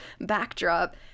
backdrop